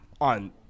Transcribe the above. on